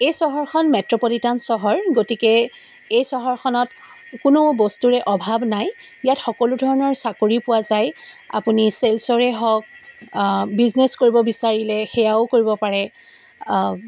এই চহৰখন মেট্ৰ'পলিটান চহৰ গতিকে এই চহৰখনত কোনো বস্তুৰে অভাৱ নাই ইয়াত সকলো ধৰণৰ চাকৰি পোৱা যায় আপুনি ছেলছৰে হওক বিজনেছ কৰিব বিচাৰিলে সেয়াও কৰিব পাৰে